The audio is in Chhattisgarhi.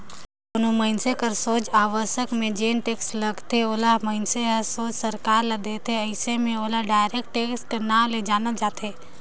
कोनो मइनसे कर सोझ आवक में जेन टेक्स लगथे ओला मइनसे हर सोझ सरकार ल देथे अइसे में ओला डायरेक्ट टेक्स कर नांव ले जानल जाथे